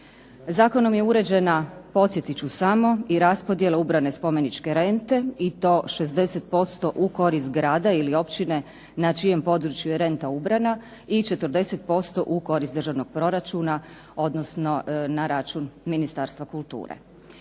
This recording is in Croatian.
Zakonom je uređena podsjetit ću samo i raspodjela ubrane spomeničke rente, i to 60% u korist grada ili općine na čijem području je renta ubrana i 40% u korist državnog proračuna, odnosno na račun Ministarstva kulture.